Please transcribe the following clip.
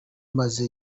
maze